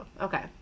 okay